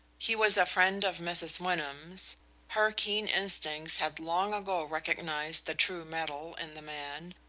he was a friend of mrs. wyndham's her keen instincts had long ago recognized the true metal in the man,